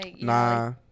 Nah